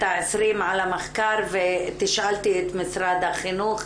ה-20 על המחקר ותשאלתי את משרד החינוך,